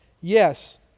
Yes